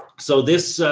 so this, ah,